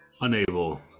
unable